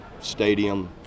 stadium